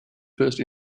first